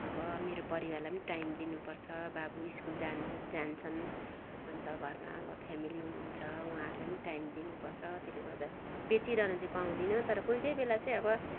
अब मेरो परिवारलाई पनि टाइम दिनुपर्छ बाबु स्कुल जान् जान्छन् अन्त घरमा अब फ्यामिली हुनुहुन्छ उहाँहरूलाई पनि टाइम दिनुपर्छ त्यसले गर्दा बेचिरहनु चाहिँ पाउँदिनँ तर कोही कोही बेला चाहिँ अब